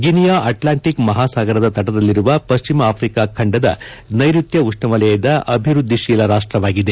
Guinea Atlantic ಮಹಾಸಾಗರದ ತಟದಲ್ಲಿರುವ ಪಶ್ಚಿಮ ಅಫ್ರಿಕಾ ಖಂಡದ ನೈರುತ್ಯ ಉಷ್ಣವಲಯದ ಅಭಿವೃದ್ದಿಶೀಲ ರಾಷ್ಟವಾಗಿದೆ